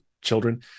children